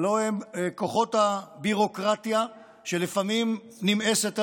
הלוא הם כוחות הביורוקרטיה, שלפעמים נמאסת עלינו,